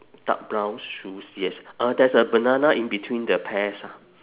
dark brown shoes yes uh there's a banana in between the pears ah